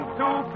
two